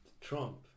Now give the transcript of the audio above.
Trump